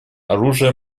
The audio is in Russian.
оружия